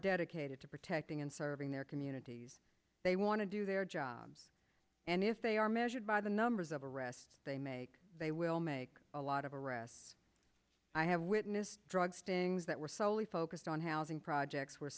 dedicated to protecting and serving their communities they want to do their jobs and if they are measured by the numbers of arrests they make they will make a lot of arrests i have witnessed drug sting that were solely focused on housing projects where